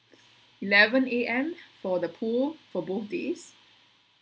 eleven A_M for the pool for both days